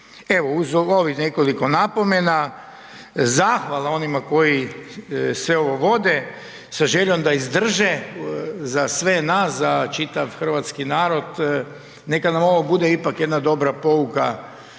Evo uz ovih nekoliko napomena zahvala onima koji sve ovo vode sa željom da izdrže za sve nas, za čitav hrvatski narod. Neka nam ovo bude ipak jedna dobra pouka.